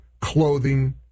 clothing